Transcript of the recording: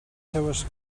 seues